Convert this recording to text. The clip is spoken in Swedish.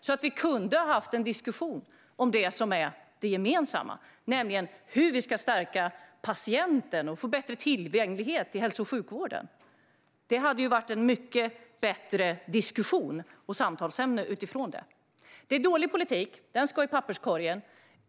Annars kunde vi ha haft en diskussion om det som är det gemensamma, nämligen hur vi ska stärka patienten och få bättre tillgänglighet i hälso och sjukvården. Det hade varit en mycket bättre diskussion och ett bättre samtalsämne. Det är dålig politik, och den ska i papperskorgen.